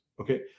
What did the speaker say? okay